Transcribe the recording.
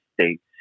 States